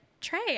Trey